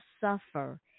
suffer